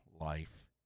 life